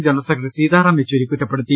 general secretary Sitaram Yechury കുറ്റപ്പെ ടുത്തി